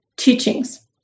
Teachings